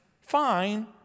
fine